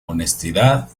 honestidad